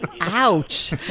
Ouch